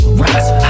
rise